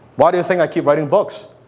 why do you think i keep writing books?